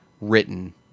written